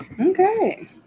Okay